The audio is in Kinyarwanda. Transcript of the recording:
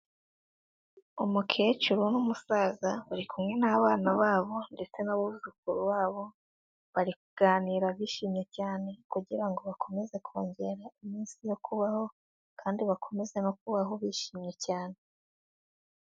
Umukecuru n'umusaza bari kumwe n'abana babo ndetse n'abuzukuru babo, bari kuganira bishimye cyane kugira ngo bakomeze kongera iminsi yo kubaho kandi bakomeze no kubaho bishimye cyane.